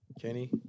Kenny